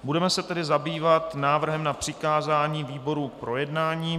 Budeme se tedy zabývat návrhem na přikázání výborům k projednání.